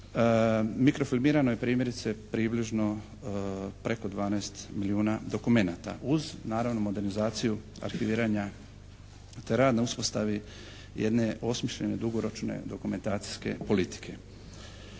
ne razumije./ … je primjerice približno preko 12 milijuna dokumenata uz naravno modernizaciju arhiviranja te rad na uspostavi jedne osmišljene dugoročne dokumentacijske politike.